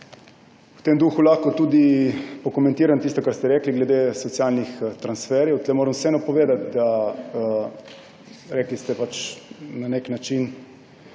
V tem duhu lahko pokomentiram tudi tisto, kar ste rekli glede socialnih transferjev. Tukaj moram vseeno povedati, rekli ste, da na nek način